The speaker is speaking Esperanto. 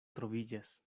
troviĝas